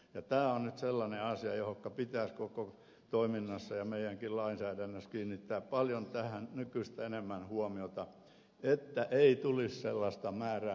tämä on nyt sellainen asia johon pitäisi koko toiminnassa ja meidänkin lainsäädännössä kiinnittää paljon nykyistä enemmän huomiota että ei tulisi sellaista määrä näitä asioita